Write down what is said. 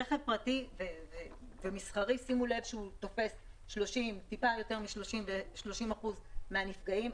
רכב פרטי ומסחרי תופס מעט יותר מ-30% מהנפגעים.